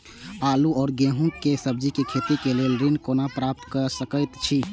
आलू और गेहूं और सब्जी के खेती के लेल ऋण कोना प्राप्त कय सकेत छी?